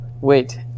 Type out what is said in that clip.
Wait